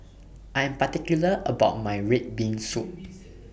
I Am particular about My Red Bean Soup